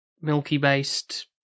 milky-based